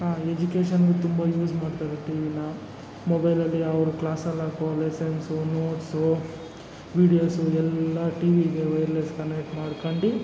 ಎಜುಕೇಶನ್ಗೂ ತುಂಬ ಯೂಸ್ ಮಾಡ್ತಾರೆ ಟಿವಿನ ಮೊಬೈಲಲ್ಲಿ ಅವ್ರ್ ಕ್ಲಾಸಲ್ಲಾಕೋ ಲೆಸೆನ್ಸು ನೋಟ್ಸು ವೀಡಿಯೋಸು ಎಲ್ಲ ಟಿವಿಗೆ ವೈರ್ಲೆಸ್ ಕನೆಕ್ಟ್ ಮಾಡ್ಕಂಡಿ